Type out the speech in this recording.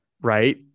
Right